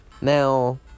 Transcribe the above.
Now